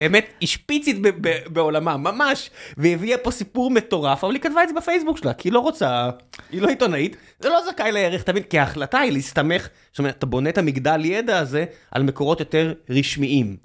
האמת, היא שפיצית בעולמה ממש, והיא הביאה פה סיפור מטורף, אבל היא כתבה את זה בפייסבוק שלה, כי היא לא רוצה, היא לא עיתונאית, זה לא זכאי לערך, תמיד, כי ההחלטה היא להסתמך, זאת אומרת, אתה בונה את המגדל ידע הזה, על מקורות יותר רשמיים.